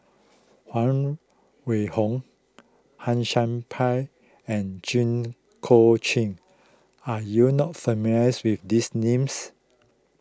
Huang Wenhong Han Sai Por and Jit Koon Ch'ng are you not familiar with these names